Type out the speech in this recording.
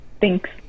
thanks